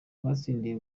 batsindiye